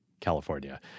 California